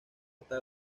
está